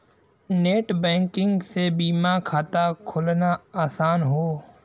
net banking से बीमा खाता खोलना आसान हौ